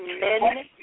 men